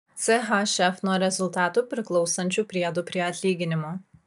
chf nuo rezultatų priklausančių priedų prie atlyginimo